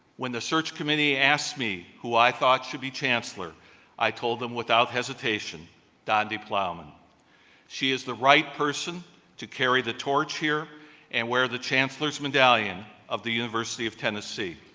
when the search committee asked me who i thought should be chancellor i told them without hesitation donde plowman she is the right person to carry the torch here and where the chancellor's medallion of the university of tennessee